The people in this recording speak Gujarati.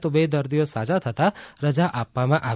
તો બે દર્દીઓ સાજા થતાં રજા આપવામાં આવી